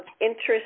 interest